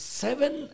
seven